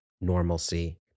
normalcy